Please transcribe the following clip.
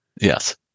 Yes